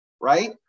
Right